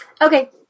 Okay